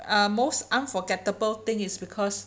uh most unforgettable thing is because